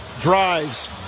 drives